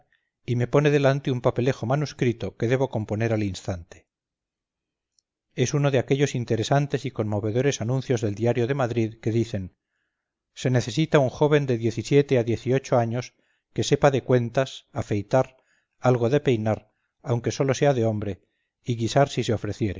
y me pone delante un papelejo manuscrito que debo componer al instante es uno de aquellos interesantes y conmovedores anuncios del diario de madrid que dicen se necesita un joven de diecisiete a dieciocho años que sepa de cuentas afeitar algo de peinar aunque sólo sea de hombre y guisar si se ofreciere